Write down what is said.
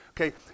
Okay